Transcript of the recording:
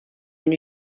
bin